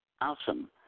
Awesome